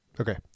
Okay